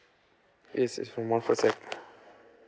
yes it's my monthly